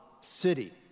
city